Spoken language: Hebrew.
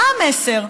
מה המסר,